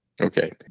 Okay